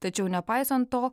tačiau nepaisant to